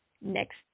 next